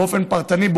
באופן פרטני,